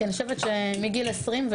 כי אני חושבת שמגיל עשרים,